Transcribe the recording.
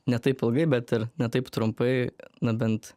ne taip ilgai bet ir ne taip trumpai na bent